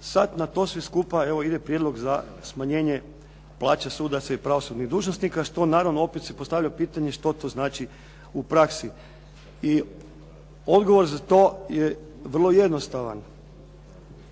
sad na to sve skupa ide prijedlog za smanjenje plaće sudaca i pravosudnih dužnosnika, što naravno opet se postavlja pitanje što to znači u praksi. I odgovor je vrlo jednostavan.